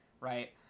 right